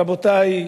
רבותי,